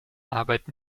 arbeit